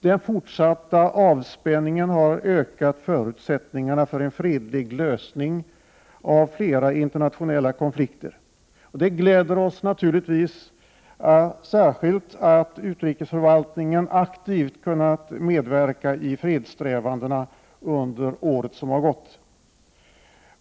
Den fortsatta avspänningen har ökat förutsättningarna för en fredlig lösning av flera internationella konflikter. Det gläder oss naturligtvis särskilt att utrikesförvaltningen aktivt har kunnat medverka i fredssträvandena under året som har gått.